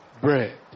bread